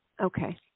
Okay